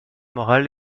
moral